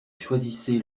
choisissez